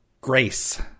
grace